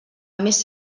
més